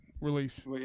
release